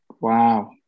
Wow